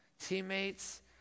teammates